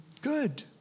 good